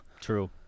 True